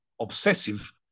obsessive